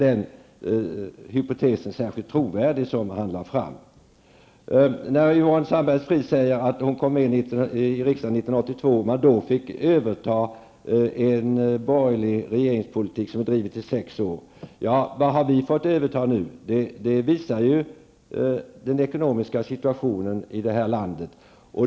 Den hypotes han lade fram blir då inte särskilt trovärdig. Yvonne Sandberg-Fries sade att hon kom in i riksdagen år 1982 och att man då fick överta en borgerlig regeringspolitik som hade drivits i sex år. Vad har vi fått överta nu? Det visar den ekonomiska situationen i landet.